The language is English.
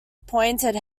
appointed